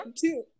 two